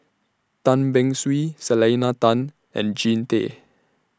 Tan Beng Swee Selena Tan and Jean Tay